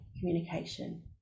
communication